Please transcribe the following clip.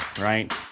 right